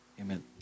Amen